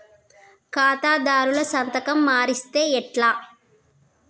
ఖాతాదారుల సంతకం మరిస్తే ఎట్లా?